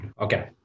okay